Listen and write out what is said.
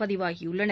பதிவாகியுள்ளன